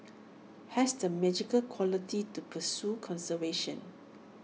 has the magical quality to pursue conservation